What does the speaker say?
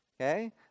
okay